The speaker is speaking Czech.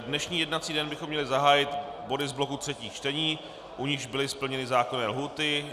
Dnešní jednací den bychom měli zahájit body z bloku třetích čtení, u nichž byly splněny zákonné lhůty.